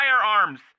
firearms